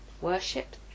Worship